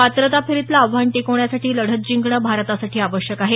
पात्रता फेरीतलं आव्हान टिकवण्यासाठी ही लढत जिंकणं भारतासाठी आवश्यक आहे